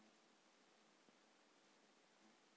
धान के पान मुड़े के कारण का हे?